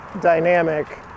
dynamic